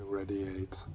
radiate